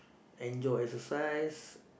enjoy exercise